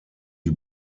die